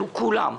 אנחנו כולם,